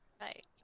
Right